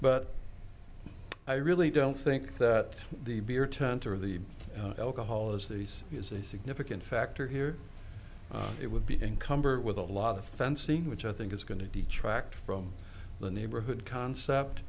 but i really don't think that the beer tent of the alcohol as these is a significant factor here it would be encumbered with a lot of fencing which i think is going to detract from the neighborhood concept